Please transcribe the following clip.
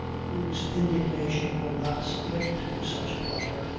whose indignation will not submit to such plunder,